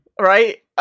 right